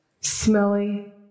smelly